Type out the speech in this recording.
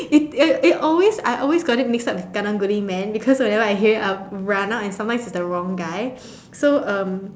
it it it always I always got it mixed up with karang-guni man because whenever I hear it I would run out and sometimes it's the wrong guy so um